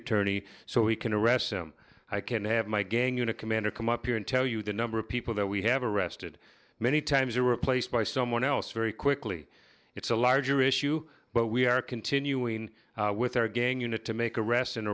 attorney so we can arrest him i can have my gang unit commander come up here and tell you the number of people that we have arrested many times who were placed by someone else very quickly it's a larger issue but we are continuing with our gang unit to make arrest